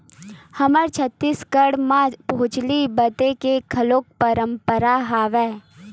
हमर छत्तीसगढ़ म भोजली बदे के घलोक परंपरा हवय